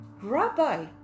Rabbi